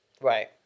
Right